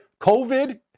COVID